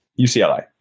UCLA